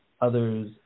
others